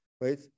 right